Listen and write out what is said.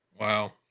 Wow